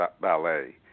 ballet